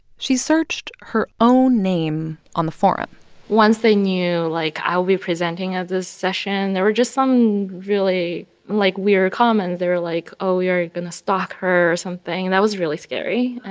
she searched her own name on the forum once they knew, like, i'll be presenting at this session, there were just some really, like, weird comments. they were like, oh, we are going to stalk her or something. that was really scary.